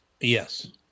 Yes